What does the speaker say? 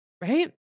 right